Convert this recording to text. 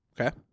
Okay